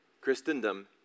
Christendom